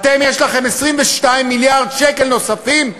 יש לכם 22 מיליארד שקל נוספים?